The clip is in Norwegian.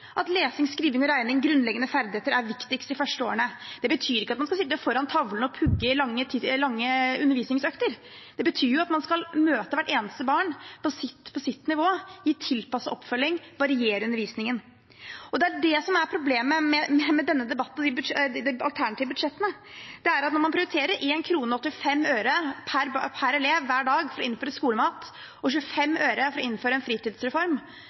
at lesing, skriving og regning, grunnleggende ferdigheter, er viktigst de første årene. Det betyr ikke at man skal sitte foran tavlen og pugge i lange undervisningsøkter, det betyr at man skal møte hvert eneste barn på deres nivå, gi tilpasset oppfølging, variere undervisningen. Det er det som er problemet med denne debatten og de alternative budsjettene, at når man prioriterer 1 krone og 85 øre per elev hver dag for å innføre skolemat og 25 øre for å innføre en fritidsreform,